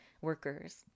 workers